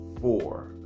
four